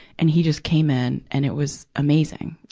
and he just came in, and it was amazing.